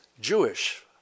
Jewish